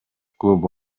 клубу